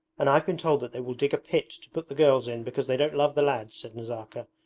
and i've been told that they will dig a pit to put the girls in because they don't love the lads said nazarka,